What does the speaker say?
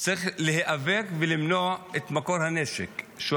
צריך להיאבק במקור הנשק, למנוע.